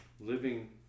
Living